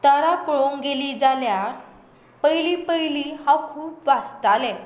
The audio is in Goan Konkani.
तरा पळोंक गेली जाल्यार पयलीं पयलीं हांव खूब वाचतालें